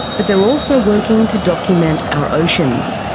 but they are also working to document our oceans.